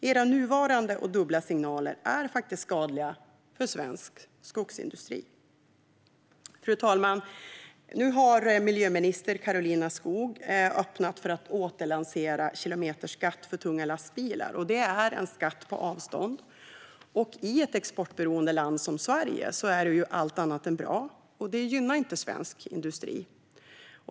Regeringens nuvarande och dubbla signaler är faktiskt skadliga för svensk skogsindustri. Fru talman! Nu har miljöminister Karolina Skog öppnat för att återlansera kilometerskatt för tunga lastbilar. Det är en skatt på avstånd. I ett exportberoende land som Sverige är det allt annat än bra, och det gynnar inte svensk industri.